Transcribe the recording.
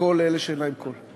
ולכל אלה שאין להם קול.